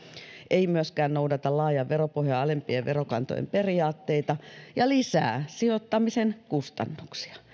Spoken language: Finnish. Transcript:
ei myöskään noudata laajan veropohjan ja alempien verokantojen periaatetta ja lisää sijoittamisen kustannuksia